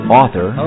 author